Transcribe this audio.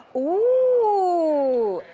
ooh,